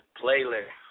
playlist